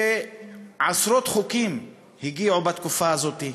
ועשרות חוקים הגיעו בתקופה הזאת.